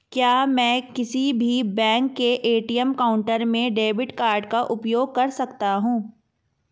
क्या मैं किसी भी बैंक के ए.टी.एम काउंटर में डेबिट कार्ड का उपयोग कर सकता हूं?